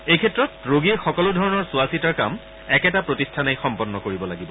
এই ক্ষেত্ৰত ৰোগীৰ সকলো ধৰণৰ চোৱা চিতাৰ কাম একেটা প্ৰতিষ্ঠানেই সম্পন্ন কৰিব লাগিব